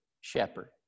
shepherd